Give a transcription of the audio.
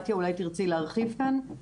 בתיה, אולי תרצי להרחיב כאן.